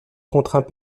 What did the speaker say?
contraint